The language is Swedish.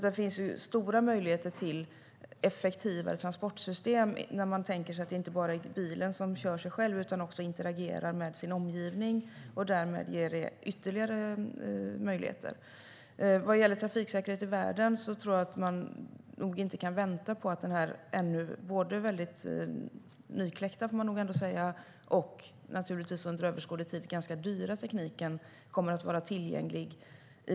Det finns alltså stora möjligheter till effektivare transportsystem när man tänker sig att bilen inte bara kör sig själv utan också interagerar med sin omgivning. Det ger ytterligare möjligheter. Vad gäller trafiksäkerhet i världen kan man nog inte vänta på att den här väldigt nykläckta - det får man ändå säga - och naturligtvis under överskådlig tid ganska dyra tekniken kommer att vara tillgänglig.